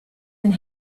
and